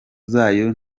zayo